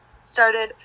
started